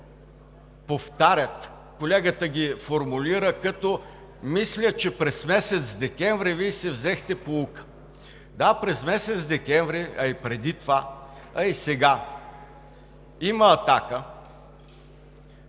повтарят – колегата ги формулира, мислех, че през месец декември Вие си взехте поука. Да, през месец декември, а преди това, а и сега има атака